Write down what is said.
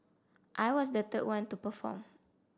I was the third one to perform